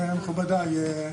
מכובדיי,